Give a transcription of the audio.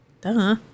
Duh